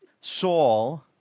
Saul